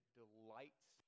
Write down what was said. delights